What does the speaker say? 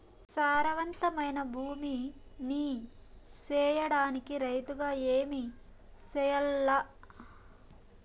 సారవంతమైన భూమి నీ సేయడానికి రైతుగా ఏమి చెయల్ల?